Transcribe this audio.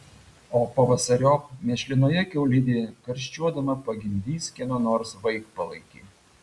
o pavasariop mėšlinoje kiaulidėje karščiuodama pagimdys kieno nors vaikpalaikį